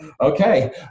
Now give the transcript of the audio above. okay